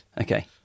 okay